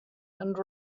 and